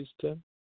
system